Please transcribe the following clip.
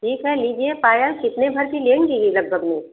ठीक है लीजिए पायल कितने भर की लेंगी लगभग में